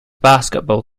basketball